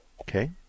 Okay